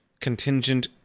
contingent